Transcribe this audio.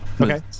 Okay